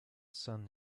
sun